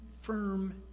firm